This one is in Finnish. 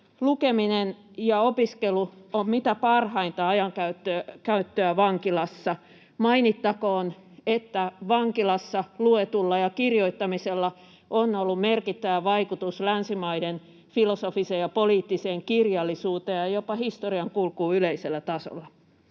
lukeminen ja opiskelu ovat mitä parhainta ajankäyttöä vankilassa. Mainittakoon, että vankilassa lukemisella ja kirjoittamisella on ollut merkittävä vaikutus länsimaiden filosofiseen ja poliittiseen kirjallisuuteen ja jopa historian kulkuun yleisellä tasolla.